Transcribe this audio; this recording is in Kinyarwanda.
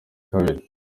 kabiri